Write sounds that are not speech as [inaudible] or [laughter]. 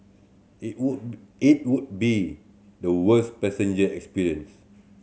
it would [unintelligible] it would be the worst passenger experience